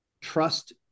trust